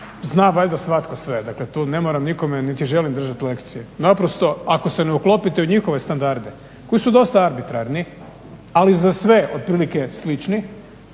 zna valjda svatko sve. Dakle, tu ne moram nikome niti želim držati lekcije. Naprosto ako se ne uklopite u njihove standarde koji su dosta arbitrarni, ali za sve otprilike slični,